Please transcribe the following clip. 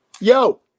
yo